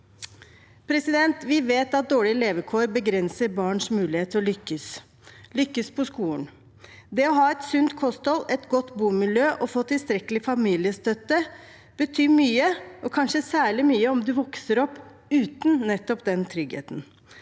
Vi vet at dårlige levekår begrenser barns mulighet til å lykkes på skolen. Det å ha et sunt kosthold og et godt bomiljø og få tilstrekkelig familiestøtte betyr mye, og kanskje særlig mye om en vokser opp uten nettopp den tryggheten.